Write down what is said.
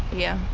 yeah.